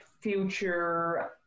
future